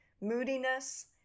moodiness